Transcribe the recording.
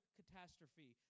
catastrophe